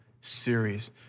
series